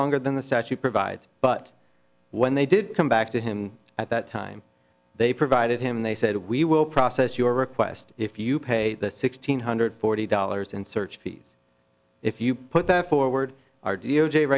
longer than the statute provides but when they did come back to him at that time they provided him they said we will process your request if you pay sixteen hundred forty dollars in search fees if you put that forward our d o j